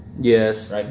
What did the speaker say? Yes